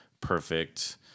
perfect